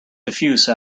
diffuse